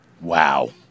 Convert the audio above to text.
Wow